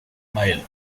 mile